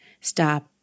stop